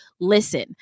listen